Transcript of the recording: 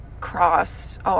crossed